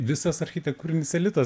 visas architekūrinis elitas